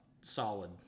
solid